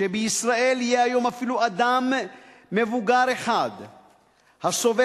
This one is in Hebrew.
שבישראל יהיה היום אפילו אדם מבוגר אחד הסובל